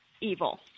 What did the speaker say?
evil